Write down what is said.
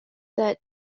that